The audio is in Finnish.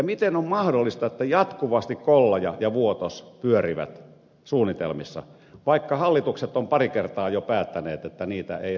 miten on mahdollista että jatkuvasti kollaja ja vuotos pyörivät suunnitelmissa vaikka hallitukset ovat pari kertaa jo päättäneet että niitä ei rakenneta